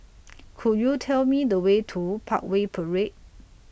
Could YOU Tell Me The Way to Parkway Parade